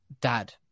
dad